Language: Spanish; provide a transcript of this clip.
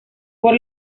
por